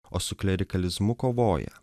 o su klerikalizmu kovoja